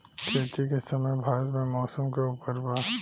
खेती के समय भारत मे मौसम के उपर बा